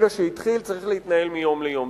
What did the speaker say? הוא צריך להתנהל מיום ליום.